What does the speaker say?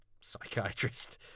psychiatrist